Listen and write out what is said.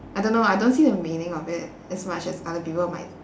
I don't know ah I don't see the meaning of it as much as other people might